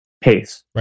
pace